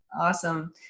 awesome